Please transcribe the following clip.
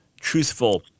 truthful